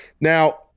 Now